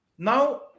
Now